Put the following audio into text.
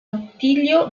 attilio